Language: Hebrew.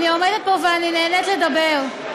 אני עומדת פה ואני נהנית לדבר.